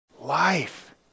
Life